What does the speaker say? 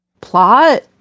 plot